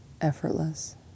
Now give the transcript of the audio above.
effortless